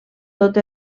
tot